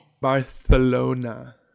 Barcelona